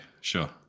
sure